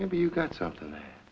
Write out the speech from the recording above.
maybe you've got something that